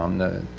um the,